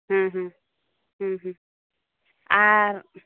ᱦᱮᱸ ᱦᱮᱸ ᱦᱮᱸ ᱦᱮᱸ ᱟᱨ